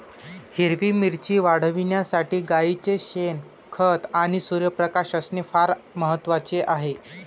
हिरवी मिरची वाढविण्यासाठी गाईचे शेण, खत आणि सूर्यप्रकाश असणे फार महत्वाचे आहे